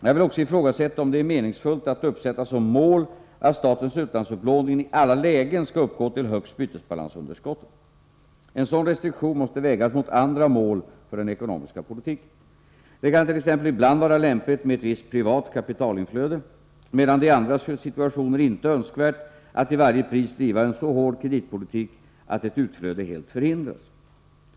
Jag vill också ifrågasätta om det är meningsfullt att uppsätta som mål att statens utlandsupplåning i alla lägen skall uppgå till högst bytesbalansunderskottet. En sådan restriktion måste vägas mot andra mål för den ekonomiska politiken. Det kant.ex. ibland vara lämpligt med ett visst privat kapitalinflöde, medan det i andra situationer inte är önskvärt att till varje pris driva en så hård kreditpolitik att ett utflöde helt förhindras.